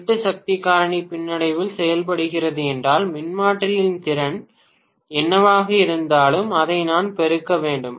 8 சக்தி காரணி பின்னடைவில் செயல்படுகிறது என்றால் மின்மாற்றியின் திறன் என்னவாக இருந்தாலும் அதை நான் பெருக்க வேண்டும்